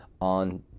on